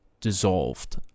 dissolved